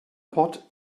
pot